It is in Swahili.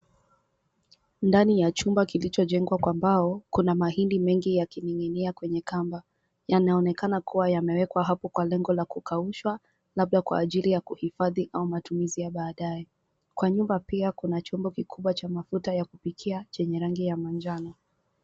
Ndani ya chumba kilichojengwa kwa mbao, kuna mahindi mengi yakining'inia kwenye kamba. Yanaonekana kuwa yamewekwa hapo kwa lengo la kukaushwa, labda kwa ajili ya kuhifadhi au matumizi ya baadae. Kwa nyumba pia kuna chombo kikubwa cha mafuta ya kupikia chenye rangi ya manjano.